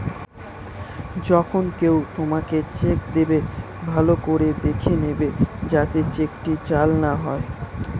যখন কেউ তোমাকে চেক দেবে, ভালো করে দেখে নেবে যাতে চেকটি জাল না হয়